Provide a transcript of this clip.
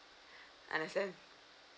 understand